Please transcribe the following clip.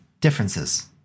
differences